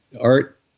art